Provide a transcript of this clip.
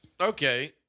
Okay